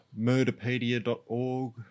Murderpedia.org